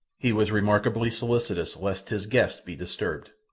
he was remarkably solicitous lest his guest be disturbed.